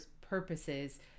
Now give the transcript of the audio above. purposes